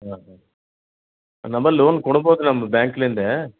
ಹಾಂ ಹಾಂ ನಮ್ಮಲ್ಲಿ ಲೋನ್ ಕೊಡ್ಬೋದು ರೀ ನಮ್ದು ಬ್ಯಾಂಕಿಂದ್ಲೇ